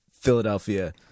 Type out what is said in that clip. Philadelphia